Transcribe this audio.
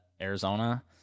Arizona